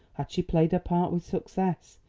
had she played her part with success?